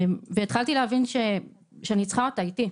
התחלתי להבין שאני צריכה אותה איתי,